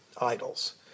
idols